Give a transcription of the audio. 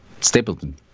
Stapleton